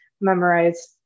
memorize